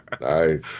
Nice